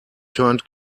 turned